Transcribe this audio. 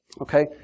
Okay